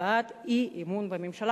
הבעת אי-אמון בממשלה,